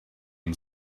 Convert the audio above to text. and